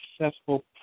successful